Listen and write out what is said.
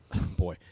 boy